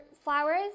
flowers